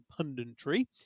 punditry